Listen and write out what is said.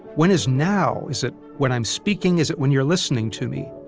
when is now? is it when i'm speaking? is it when you're listening to me?